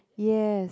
yes